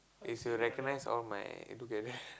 is you recognise all my together